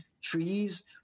trees